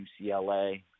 UCLA